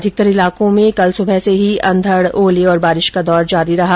अधिकतर इलाकों में कल सुबह से ही अंधड ओले और बारिश का दौर जारी रहा